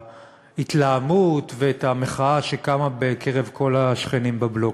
ההתלהמות ואת המחאה שקמה בקרב כל השכנים בבלוק.